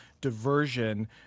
diversion